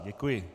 Děkuji.